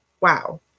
Wow